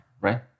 right